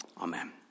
amen